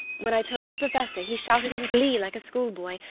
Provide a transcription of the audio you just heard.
when i told the professor he shouted in glee like a schoolboy,